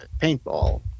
paintball